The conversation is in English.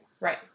Right